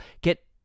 get